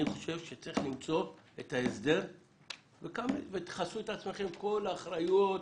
אני חושב שצריך למצוא את ההסדר ותכסו את עצמכם אחריות,